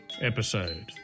episode